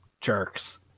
jerks